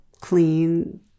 clean